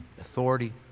authority